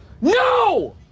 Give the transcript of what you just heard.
no